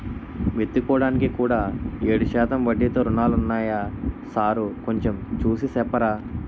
విత్తుకోడానికి కూడా ఏడు శాతం వడ్డీతో రుణాలున్నాయా సారూ కొంచె చూసి సెప్పరా